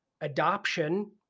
adoption